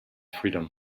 freedom